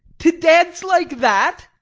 to dance like that!